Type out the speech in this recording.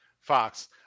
Fox